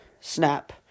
snap